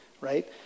right